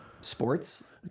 sports